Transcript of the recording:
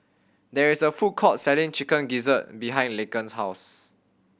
there is a food court selling Chicken Gizzard behind Laken's house